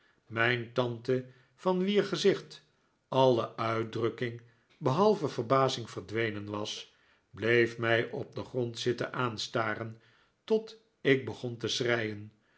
mijn tante van wier gezicht alle uitdrukking behalve verbazing verdwenen was bleef mij op den grond zitten aanstaren tot ik begon te schreien